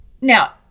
Now